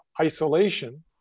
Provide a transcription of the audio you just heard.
isolation